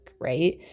right